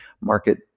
market